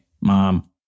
mom